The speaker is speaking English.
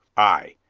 ay,